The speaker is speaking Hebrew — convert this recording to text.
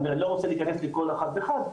אני לא רוצה להיכנס לכל אחד ואחד,